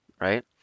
right